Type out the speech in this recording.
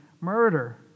murder